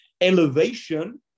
elevation